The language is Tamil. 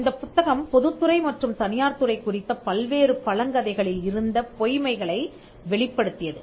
இந்தப் புத்தகம் பொதுத்துறை மற்றும் தனியார் துறை குறித்த பல்வேறு பழங்கதைகளில் இருந்த பொய்மைகளை வெளிப்படுத்தியது